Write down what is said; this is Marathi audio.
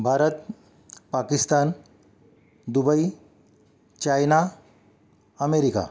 Bharat Pakistan Dubai China America